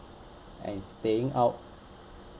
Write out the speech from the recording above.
and staying out